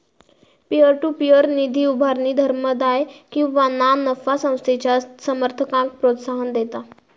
peer to peer निधी उभारणी धर्मादाय किंवा ना नफा संस्थेच्या समर्थकांक प्रोत्साहन देता